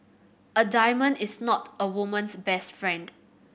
a diamond is not a woman's best friend